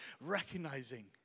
recognizing